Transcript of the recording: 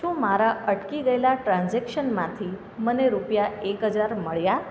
શું મારા અટકી ગયેલાં ટ્રાન્ઝેક્શનમાંથી મને રૂપિયા એક હજાર મળ્યાં